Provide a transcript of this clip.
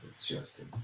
Justin